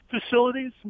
facilities